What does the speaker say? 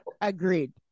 agreed